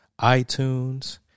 iTunes